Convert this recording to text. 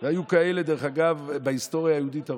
דרך אגב היו הרבה כאלה בהיסטוריה היהודית,